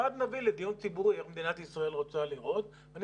ואז נביא לדיון ציבורי איך מדינת ישראל רוצה להיראות.